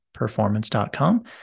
performance.com